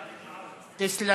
אמיר אוחנה, תסלם,